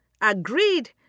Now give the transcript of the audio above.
agreed